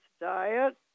diet